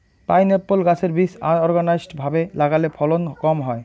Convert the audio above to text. pineapple গাছের বীজ unorganised ভাবে লাগালে ফলন কম হয়